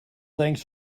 things